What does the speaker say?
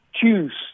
choose